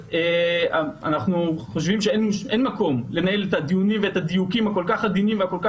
אנחנו חושבים שאין מקום לנהל את הדיוקים הכול-כך עדינים הללו